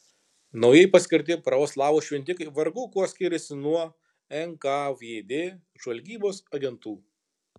naujai paskirti pravoslavų šventikai vargu kuo skiriasi nuo nkvd žvalgybos agentų